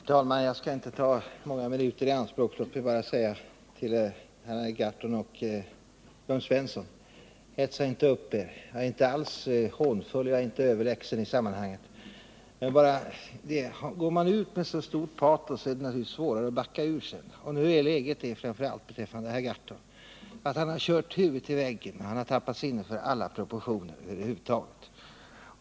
Herr talman! Jag skall inte ta många minuter i anspråk. Låt mig bara säga till Per Gahrton och Jörn Svensson: Hetsa inte upp er! Jag är inte alls hånfull, och jag är inte överlägsen i sammanhanget. Men går man ut med så stort patos som ni gör är det naturligtvis svårare att sedan backa ur, och det är nu läget speciellt beträffande Per Gahrton. Han har kört huvudet i väggen och tappat sinnet för alla proportioner över huvud taget.